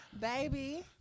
Baby